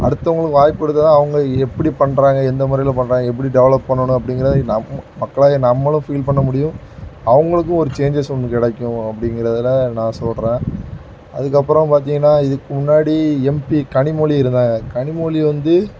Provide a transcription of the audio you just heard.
அடுத்தவர்களுக்கு வாய்ப்பு கொடுத்தாதான் அவங்க எப்படி பண்ணுறாங்க எந்த முறைல பண்ணுறாங்க எப்படி டெவலெப் பண்ணணும் அப்படிங்கறத நம்ம மக்களாகிய நம்மளும் ஃபீல் பண்ணமுடியும் அவங்களுக்கும் ஒரு சேஞ்சஸ் ஒன்று கிடைக்கும் அப்படிங்கறதுல நான் சொல்கிறேன் அதுக்கப்புறம் பார்த்தீங்கன்னா இதுக்கு முன்னாடி எம்பி கனிமொழி இருந்தாங்க கனிமொழி வந்து